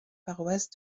paroisse